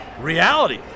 Reality